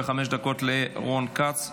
וחמש דקות לרון כץ,